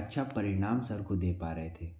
अच्छा परिणाम सर को दे पा रहे थे